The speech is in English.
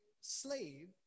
slave